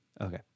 Okay